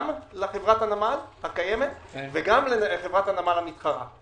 לחברת הנמל הקיםמת וגם לחברת הנמל המתחרה.